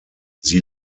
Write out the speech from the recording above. sie